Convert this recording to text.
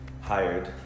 hired